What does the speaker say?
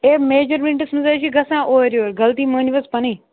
ہے measurements منٛز حظ چھِ گژھان اورٕ یورٕغلطی مٲنِو حظ پَنٕنۍ